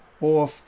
off